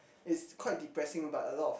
it's quite depressing but a lot of